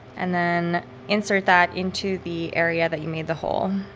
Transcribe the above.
and then insert that into the area that you made the hole.